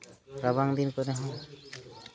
ᱨᱟᱵᱟᱝ ᱫᱤᱱ ᱠᱚᱨᱮ ᱦᱚᱸ